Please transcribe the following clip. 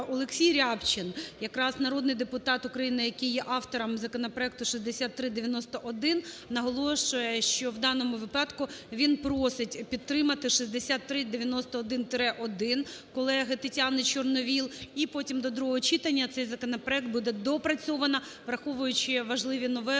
Олексій Рябчин якраз народний депутат України, який є автором законопроекту 6391, наголошує, що в даному випадку він просить підтримати 6391-1 колеги Тетяни Чорновол і потім до другого читання цей законопроект буде доопрацьовано, враховуючи важливі новели